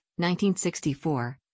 1964